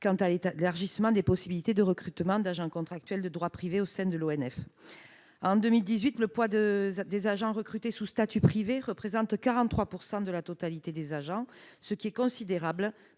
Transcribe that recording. quant à l'élargissement des possibilités de recrutement d'agents contractuels de droit privé au sein de l'ONF. En 2018, le poids des agents recrutés sous statut privé représentait 43 % de la totalité des agents, ce qui est considérable